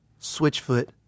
switchfoot